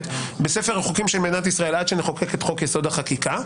בספר החוקים של מדינת ישראל עד שנחוקק את חוק-יסוד: החקיקה.